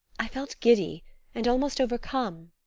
i felt giddy and almost overcome,